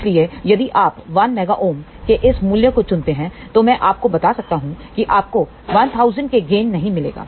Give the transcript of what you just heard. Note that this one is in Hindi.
इसलिए यदि आप 1 MΩ के इस मूल्य को चुनते हैं तो मैं आपको बता सकता हूं कि आपको 1000 का गेन नहीं मिलेगा